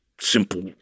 simple